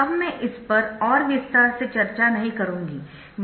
अब मैं इस पर और विस्तार से चर्चा नहीं करूंगी